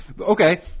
okay